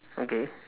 okay